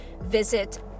Visit